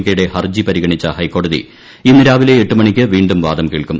okay യുടെ ഹർജി പരിഗണിച്ച ഹൈക്കോടതി ഇന്ന് രാവിലെ ്രിട്ട് മണിക്ക് വീണ്ടും വാദം കേൾക്കും